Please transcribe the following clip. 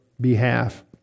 behalf